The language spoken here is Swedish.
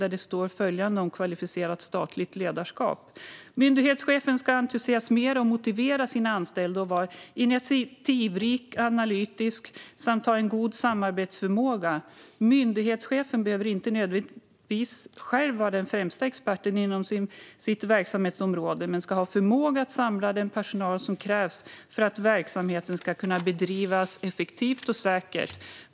Där står följande om kvalificerat statligt ledarskap: Myndighetschefen ska entusiasmera och motivera sina anställda och vara initiativrik och analytisk samt ha en god samarbetsförmåga. Myndighetschefen behöver inte nödvändigtvis själv vara den främsta experten inom sitt verksamhetsområde men ska ha förmåga att samla den personal som krävs för att verksamheten ska kunna bedrivas effektivt och säkert.